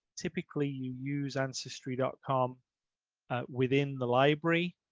typically, you use ancestry dot com within the library.